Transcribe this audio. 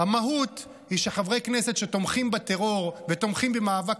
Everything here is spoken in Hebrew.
המהות היא שחברי כנסת שתומכים בטרור ותומכים במאבק